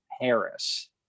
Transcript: Harris